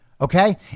Okay